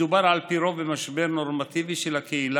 מדובר על פי רוב במשבר נורמטיבי שלקהילה,